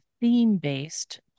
theme-based